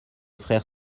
frère